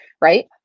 right